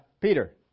Peter